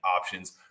options